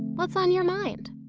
what's on your mind?